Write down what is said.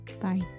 bye